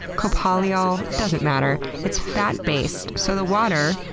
copolyol? doesn't matter. it's fat-based so the water,